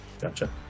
Gotcha